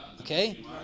okay